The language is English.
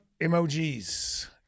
emojis